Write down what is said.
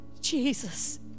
Jesus